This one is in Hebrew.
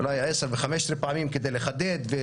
אולי 10 ו-15 פעמים כדי לחדד,